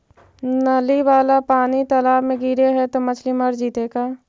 नली वाला पानी तालाव मे गिरे है त मछली मर जितै का?